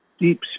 deep